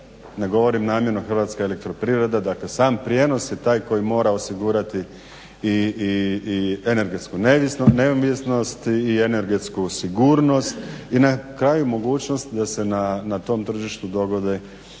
ne govorim namjerno Hrvatska elektroprivreda, dakle sam prijenos je taj koji mora osigurati i energetsku neovisnost i energetsku sigurnost i na kraju mogućnost da se na tom tržištu dogode i